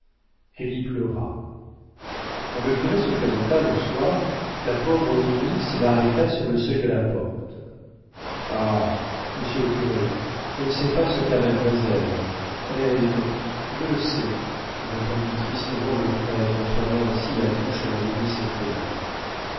elle y pleura quand le curé se présenta le soir la pauvre nourrice l'arrêta sur le seuil de la porte ah monsieur le curé je ne sais pas ce qu'a mademoiselle elle je le sais répondit tristement le prêtre en fermant ainsi la bouche à la nourrice effrayée